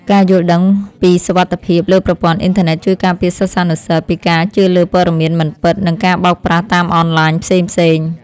ការយល់ដឹងពីសុវត្ថិភាពលើប្រព័ន្ធអ៊ីនធឺណិតជួយការពារសិស្សានុសិស្សពីការជឿលើព័ត៌មានមិនពិត និងការបោកប្រាស់តាមអនឡាញផ្សេងៗ។